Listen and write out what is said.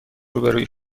روبروی